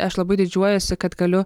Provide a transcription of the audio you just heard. aš labai didžiuojasi kad galiu